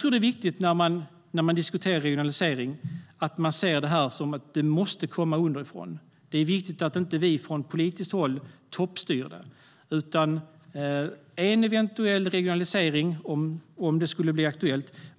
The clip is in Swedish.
När man diskuterar regionalisering tror jag att det är viktigt att man ser det som att det måste komma underifrån. Det är viktigt att inte vi från politiskt håll toppstyr det. En eventuell regionalisering